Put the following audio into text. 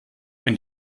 wenn